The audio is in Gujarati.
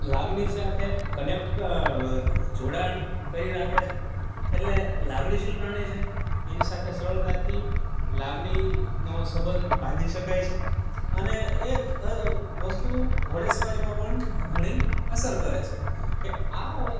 લાગણી સાથે કનેક્ટ જોડાણ કરી રાખે છે એટલે લાગણીશીલ પ્રાણી છે એની સાથે સરળતાથી લાગણીનો સબંધ બાંધી શકાય છે અને એક વસ્તુ ઘોડેસવારીમાં પણ ઘણી અસર કરે છે કે આ